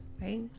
right